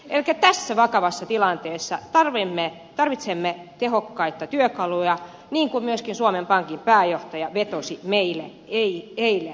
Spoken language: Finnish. elikkä tässä vakavassa tilanteessa tarvitsemme tehokkaita työkaluja niin kuin myöskin suomen pankin pääjohtaja vetosi meihin eilen